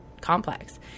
complex